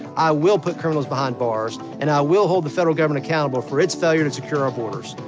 i will put criminals behind bars. and i will hold the federal government accountable for its failure to secure our borders.